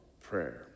prayer